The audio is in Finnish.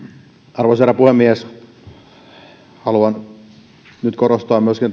arvoisa herra puhemies haluan nyt korostaa myöskin